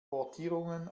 portierungen